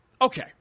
okay